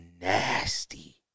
nasty